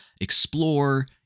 explore